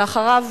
ואחריו,